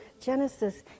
Genesis